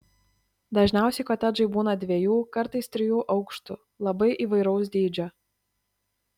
dažniausiai kotedžai būną dviejų kartais trijų aukštų labai įvairaus dydžio